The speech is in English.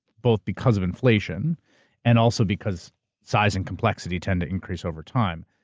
both because of inflation and also because size and complexity tend to increase over time,